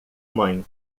mãe